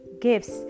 gifts